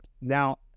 Now